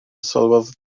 sylwodd